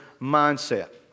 mindset